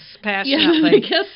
passionately